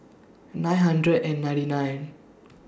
nine hundred and ninety nine